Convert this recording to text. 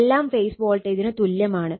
എല്ലാം ഫേസ് വോൾട്ടേജിന് തുല്യമാണ്